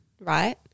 right